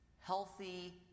healthy